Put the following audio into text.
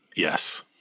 Yes